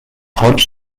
hodge